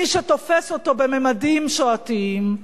מי שתופס אותו בממדים שואתיים,